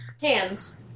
Hands